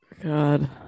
God